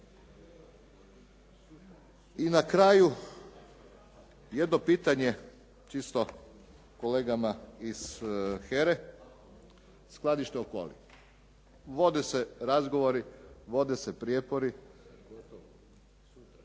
I na kraju jedno pitanje čisto kolegama iz HERA-e, skladište Okoli. Vode se razgovori, vode se prijepori